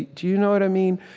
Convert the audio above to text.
do you know what i mean?